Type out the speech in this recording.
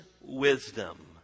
wisdom